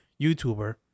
YouTuber